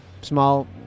small